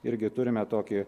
irgi turime tokį